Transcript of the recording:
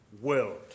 world